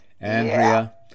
Andrea